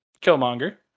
Killmonger